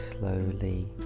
Slowly